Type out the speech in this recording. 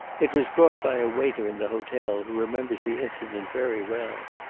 it was brought by a waiter in the hotel who remembers the incident very well.